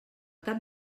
cap